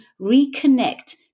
reconnect